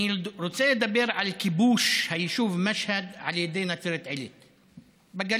אני רוצה לדבר על כיבוש היישוב משהד על ידי נצרת עילית בגליל.